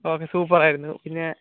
okay super ആയിരുന്നു പിന്നെ